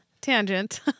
Tangent